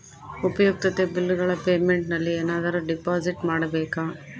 ಉಪಯುಕ್ತತೆ ಬಿಲ್ಲುಗಳ ಪೇಮೆಂಟ್ ನಲ್ಲಿ ಏನಾದರೂ ಡಿಪಾಸಿಟ್ ಮಾಡಬೇಕಾ?